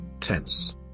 tense